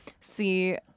see